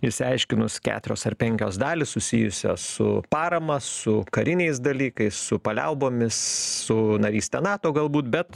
išsiaiškinus keturios ar penkios dalys susijusios su parama su kariniais dalykais su paliaubomis su naryste nato galbūt bet